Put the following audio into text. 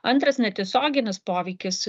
antras netiesioginis poveikis